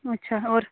अच्छा होर